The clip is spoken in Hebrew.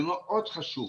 זה מאוד חשוב.